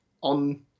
on